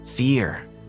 fear